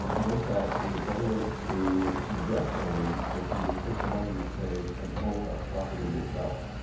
um vince asks, is it better to invest in a reit or for you to take the money you've saved and own a property yourself?